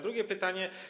Drugie pytanie.